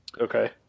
Okay